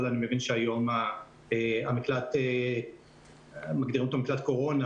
אבל אני מבין שהיום המקלט מגדירים אותו מקלט קורונה,